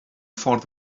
ffordd